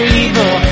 evil